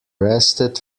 rested